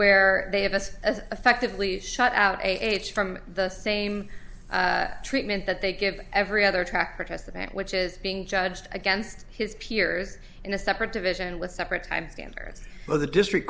where they have us as effectively shut out age from the same treatment that they give every other track participant which is being judged against his peers in a separate division with separate time standards for the district